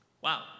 Wow